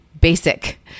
basic